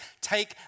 Take